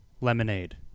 lemonade